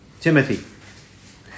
Timothy